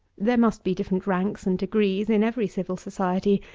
there must be different ranks and degrees in every civil society,